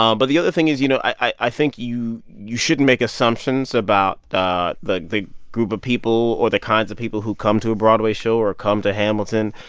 um but the other thing is, you know, i i think you you shouldn't make assumptions about the the group of people or the kinds of people who come to a broadway show or come to hamilton.